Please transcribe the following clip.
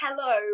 hello